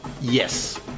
yes